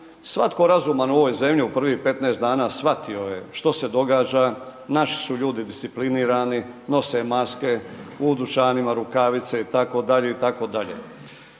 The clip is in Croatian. Svatko razuman u ovoj zemlji u prvih 15 dana shvatio je što se događa, naši su ljudi disciplinirani, nose maske, u dućanima rukavice itd., itd.